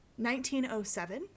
1907